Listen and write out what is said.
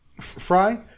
Fry